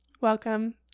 Welcome